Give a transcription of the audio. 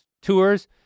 tours